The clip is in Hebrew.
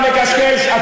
אתה מקשקש.